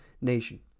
Nation